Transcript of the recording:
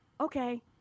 okay